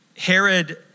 Herod